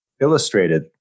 illustrated